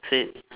say it